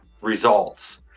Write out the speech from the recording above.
results